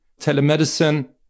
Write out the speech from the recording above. telemedicine